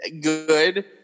good